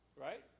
right